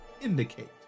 indicate